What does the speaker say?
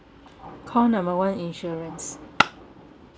call number one insurance